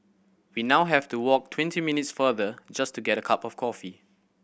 we now have to walk twenty minutes farther just to get a cup of coffee